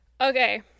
Okay